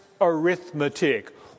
Arithmetic